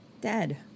Dead